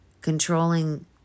controlling